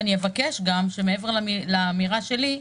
ואבקש שמעבר לאמירה שלי,